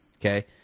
Okay